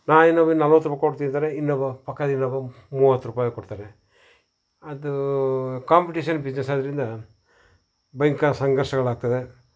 ನಾಳೆ ಇನ್ನೊಬ್ಬ ಇನ್ನು ನಲ್ವತ್ತು ರೂಪಾಯಿ ಕೊಡ್ತೀನಿ ಅಂತಾನೆ ಇನ್ನೊಬ್ಬ ಪಕ್ಕದ ಇನ್ನೊಬ್ಬ ಮೂವತ್ತು ರೂಪಾಯ್ಗೆ ಕೊಡ್ತಾನೆ ಅದು ಕಾಂಪಿಟೀಷನ್ ಬಿಸ್ನೆಸ್ ಆದ್ದರಿಂದ ಭಯಂಕರ ಸಂಘರ್ಷಣೆಗಳಾಗ್ತದೆ